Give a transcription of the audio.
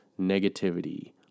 negativity